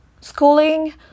schooling